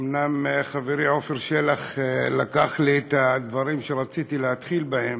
אומנם חברי עפר שלח לקח לי את הדברים שרציתי להתחיל בהם,